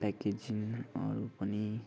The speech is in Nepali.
प्याकेजिङहरू पनि